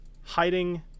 hiding